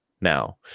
Now